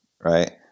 right